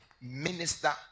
minister